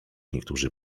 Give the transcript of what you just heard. niektórzy